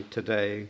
today